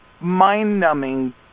mind-numbing